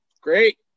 great